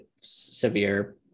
severe